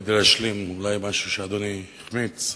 כדי להשלים אולי משהו שאדוני החמיץ,